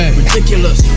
ridiculous